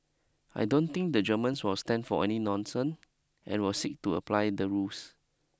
I don't think the Germans will stand for any nonsense and will seek to apply the rules